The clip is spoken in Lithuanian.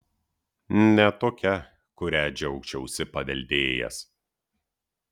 ne tokia kurią džiaugčiausi paveldėjęs